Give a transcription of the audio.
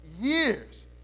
years